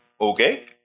okay